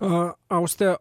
o auste